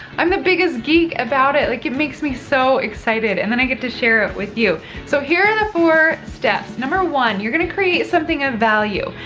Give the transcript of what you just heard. i'm the biggest geek about it. like, it makes me so excited. and then i get to share it with you. so here are the four steps. number one, you're gonna create something of value.